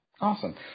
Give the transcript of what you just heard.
Awesome